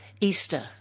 Easter